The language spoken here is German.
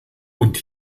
und